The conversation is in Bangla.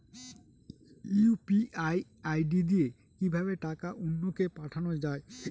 ইউ.পি.আই আই.ডি দিয়ে কিভাবে টাকা অন্য কে পাঠানো যায়?